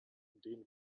den